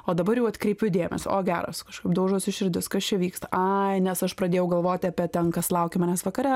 o dabar jau atkreipiu dėmesį o geras kažkaip daužosi širdis kas čia vyksta ai nes aš pradėjau galvoti apie ten kas laukia manęs vakare